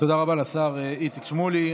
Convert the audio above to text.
תודה רבה לשר איציק שמולי.